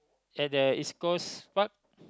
at the East Coast Park